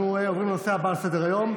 אנחנו עוברים לנושא הבא על סדר-היום,